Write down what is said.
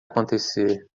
acontecer